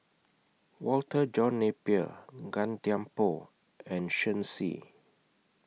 Walter John Napier Gan Thiam Poh and Shen Xi